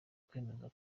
kwemezwa